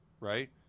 Right